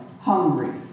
hungry